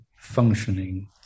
functioning